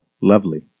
Lovely